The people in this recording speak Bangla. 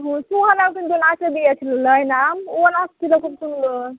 ও সুহানাও কিন্তু নাচে দিয়েছিলো হয় নাম ও নাচছিলো খুব সুন্দর